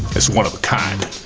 it's one of a kind.